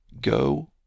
Go